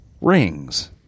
Rings